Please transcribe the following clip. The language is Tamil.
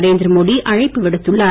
நரேந்திரமோடி அழைப்பு விடுத்துள்ளார்